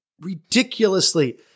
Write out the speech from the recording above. ridiculously